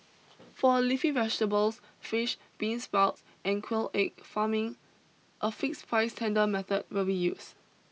for leafy vegetables fish bean sprouts and quail egg farming a fixed price tender method will be used